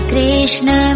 Krishna